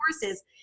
courses